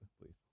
please